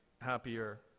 happier